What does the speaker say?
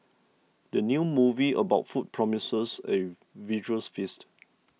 the new movie about food promises a visuals feast